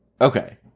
Okay